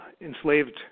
enslaved